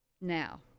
Now